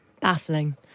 baffling